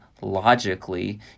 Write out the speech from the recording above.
logically